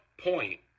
point